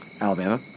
Alabama